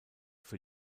für